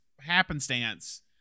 happenstance